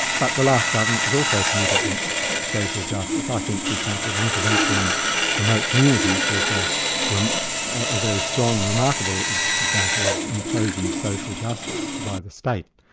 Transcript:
but the last government was also committed to social justice. i think for example, the intervention in remote communities was ah a ah very strong and remarkable example of imposing social justice by the state.